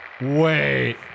wait